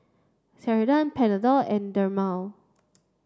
Ceradan Panadol and Dermale